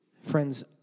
Friends